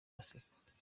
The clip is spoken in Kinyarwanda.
baseka